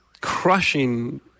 crushing